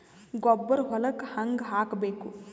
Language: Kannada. ಗೊಬ್ಬರ ಹೊಲಕ್ಕ ಹಂಗ್ ಹಾಕಬೇಕು?